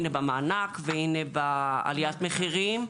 הנה במענק והנה בעליית מחירים,